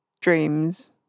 dreams